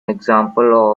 example